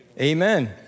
Amen